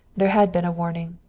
there had been a warning.